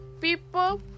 People